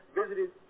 visited